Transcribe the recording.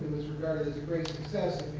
regarded as a great success,